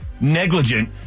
negligent